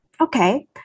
Okay